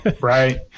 right